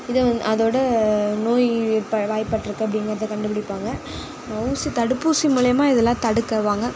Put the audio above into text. இதை வந் அதோட நோய் ஏற்பட வாய்ப்பற்றக்கு அப்படிங்கிறத கண்டுப்பிடிப்பாங்க ஊசி தடுப்பூசி மூலையுமாக இதெல்லாம் தடுக்கவாங்க